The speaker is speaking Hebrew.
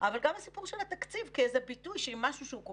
כי רוח גבית ולאומית שיש לאזרחים זה